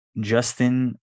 Justin